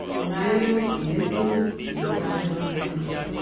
eneida, we miss you and we're glad you're at the front line.